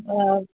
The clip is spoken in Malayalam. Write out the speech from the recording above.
അ